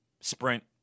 Sprint